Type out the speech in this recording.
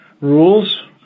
rules